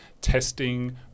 testing